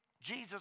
Jesus